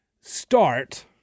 start